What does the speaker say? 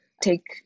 take